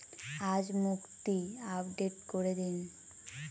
আজ মুক্তি আপডেট করে দিন